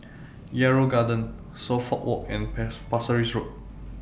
Yarrow Garden Suffolk Walk and Pasir Ris Road